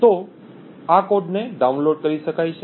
તેથી આ કોડને ડાઉનલોડ કરી શકાય છે